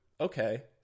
Okay